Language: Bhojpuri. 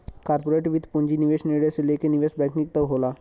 कॉर्पोरेट वित्त पूंजी निवेश निर्णय से लेके निवेश बैंकिंग तक होला